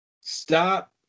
stop